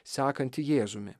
sekanti jėzumi